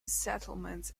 settlements